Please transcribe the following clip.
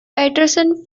peterson